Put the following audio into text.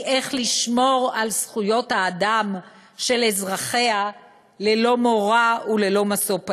היא איך לשמור על זכויות האדם של האזרחים ללא מורא וללא משוא פנים.